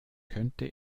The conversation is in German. könnte